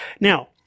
Now